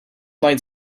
might